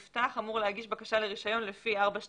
גם אם אני אצא מפה אני לא יודע מה אני אעשה בעוד שעה ובעוד שעתיים.